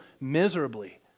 miserably